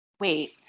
Wait